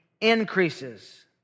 increases